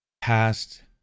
past